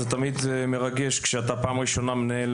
זה תמיד מרגש כשאתה פעם ראשונה מנהל